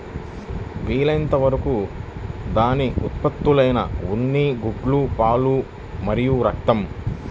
వీలైనంత వరకు దాని ఉత్పత్తులైన ఉన్ని, గుడ్లు, పాలు మరియు రక్తం